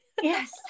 Yes